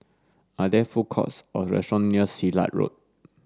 are there food courts or restaurants near Silat Road